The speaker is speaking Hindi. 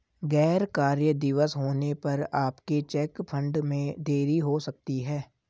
गैर कार्य दिवस होने पर आपके चेक फंड में देरी हो सकती है